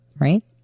right